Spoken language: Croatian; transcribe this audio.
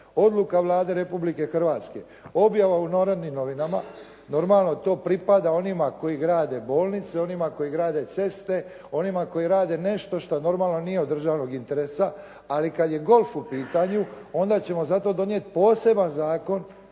odluka Vlade Republike Hrvatske, objava u "Narodnim novinama".", normalno to pripada onima koji grade bolnice, onima koji grade ceste, onima koji rade nešto što normalno nije od državnog interesa, ali kad je golf u pitanju, onda ćemo za to donijeti poseban zakon